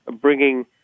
bringing